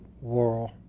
world